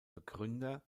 begründer